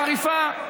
חריפה,